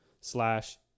slash